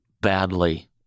badly